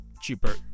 cheaper